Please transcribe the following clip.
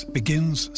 begins